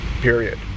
Period